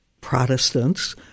Protestants